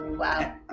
Wow